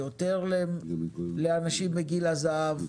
יותר לאנשים בגיל הזהב,